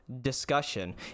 discussion